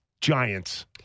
giants